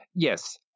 Yes